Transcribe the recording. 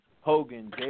Hogan